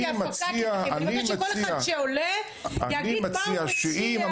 אני מבקשת שכל מי שמדבר יגיד מה הוא מציע.